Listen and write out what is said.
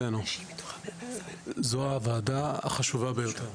ילדנו, זו הוועדה החשובה ביותר,